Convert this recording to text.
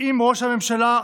אם ראש הממשלה,